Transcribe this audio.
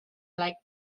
like